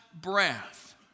breath